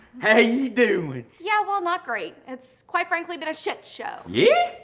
how you doing? yeah, well not great. it's quite frankly been a shit show. yeah?